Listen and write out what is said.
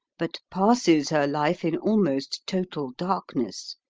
but passes her life in almost total darkness.